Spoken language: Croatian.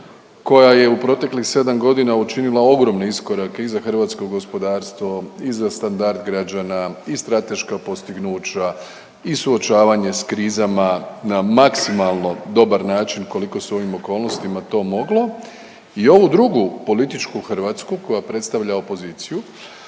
koja je u proteklih 7 godina učinila ogromne iskorake i za hrvatsko gospodarstvo i za standard građana i strateška postignuća i suočavanje sa krizama na maksimalno dobar način koliko se u ovim okolnostima to moglo. I ovu drugu političku Hrvatsku koja predstavlja opoziciju,